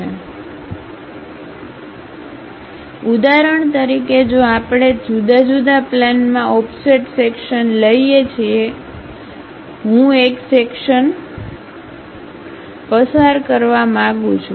તેથી ઉદાહરણ તરીકે જો આપણે જુદા જુદા પ્લેનમાં ઓફસેટ સેક્શન્સ લઈએ છીએ ઉદાહરણ તરીકે હું એક સેક્શન્ જાય જાય જાય જાય પસાર કરવા માંગુ છું